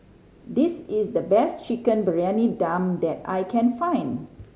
this is the best Chicken Briyani Dum that I can find